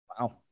Wow